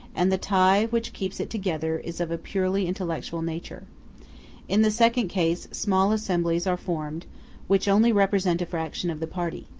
and the tie which keeps it together is of a purely intellectual nature in the second case, small assemblies are formed which only represent a fraction of the party.